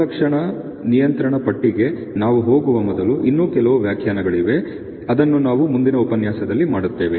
ಗುಣಲಕ್ಷಣ ನಿಯಂತ್ರಣ ಪಟ್ಟಿಗೆ ನಾವು ಹೋಗುವ ಮೊದಲು ಇನ್ನೂ ಕೆಲವು ವ್ಯಾಖ್ಯಾನಗಳಿವೆ ಅದನ್ನು ನಾವು ಮುಂದಿನ ಉಪನ್ಯಾಸದಲ್ಲಿ ಮಾಡುತ್ತೇವೆ